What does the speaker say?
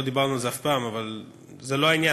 לא דיברנו על זה אף פעם, אבל זה לא העניין.